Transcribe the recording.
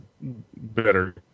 better